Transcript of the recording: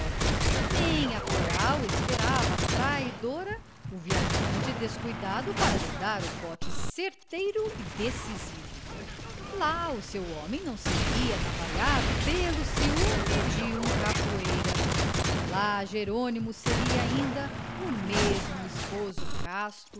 nem a coral esperava traidora o viajante descuidado para lhe dar o bote certeiro e decisivo lá o seu homem não seria anavalhado pelo ciúme de um capoeira lá jerônimo seria ainda o mesmo esposo casto